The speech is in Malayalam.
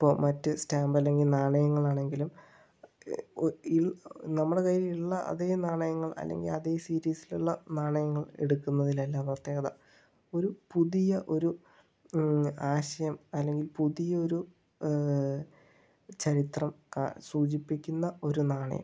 ഇപ്പോൾ മറ്റ് സ്റ്റാമ്പ് അല്ലെങ്കിൽ നാണയങ്ങളാണെങ്കിലും നമ്മുടെ കയ്യിൽ ഉള്ള അതേ നാണയങ്ങൾ അല്ലെങ്കിൽ അതേ സീരീസിലുള്ള നാണയങ്ങൾ എടുക്കുന്നതിലല്ല പ്രത്യേകത ഒരു പുതിയ ഒരു ആശയം അല്ലെങ്കിൽ പുതിയൊരു ചരിത്രം സൂചിപ്പിക്കുന്ന ഒരു നാണയം